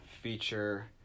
feature